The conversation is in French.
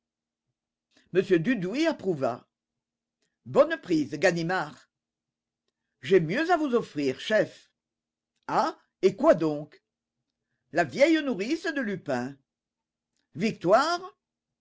m dudouis approuva bonne prise ganimard j'ai mieux à vous offrir chef ah et quoi donc la vieille nourrice de lupin victoire